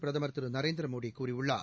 பிரதமர் திரு நரேந்திரமோடி கூறியுள்ளார்